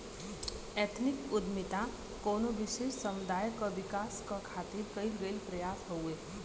ethnic उद्दमिता कउनो विशेष समुदाय क विकास क खातिर कइल गइल प्रयास हउवे